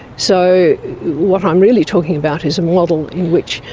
so what i'm really talking about is a model in which,